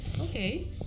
Okay